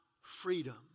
freedom